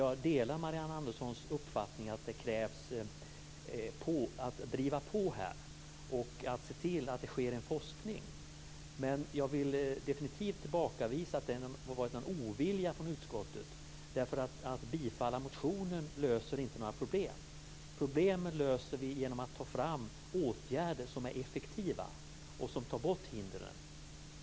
Jag delar Marianne Anderssons uppfattning att det krävs att man är pådrivande och ser till att det bedrivs forskning. Men jag vill definitivt tillbakavisa att det har funnits någon ovilja i utskottet. Att tillstyrka motionen löser inte några problem. Dem löser vi genom att ta fram åtgärder som är effektiva och som tar bort hindren.